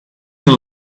the